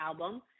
album